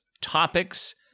topics